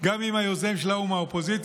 גם אם היוזם שלה הוא מהאופוזיציה,